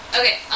Okay